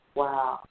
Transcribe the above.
wow